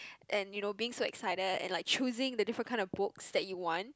and you know being so excited and like choosing the different kind of books that you want